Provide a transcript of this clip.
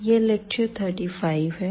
यह लेक्चर 35 है